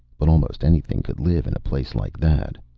but almost anything could live in a place like that.